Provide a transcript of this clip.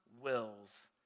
wills